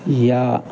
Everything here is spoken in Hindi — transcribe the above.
या